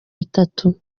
bitatu